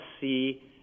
see